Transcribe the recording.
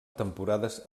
temporades